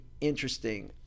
interesting